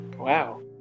Wow